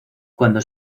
cuando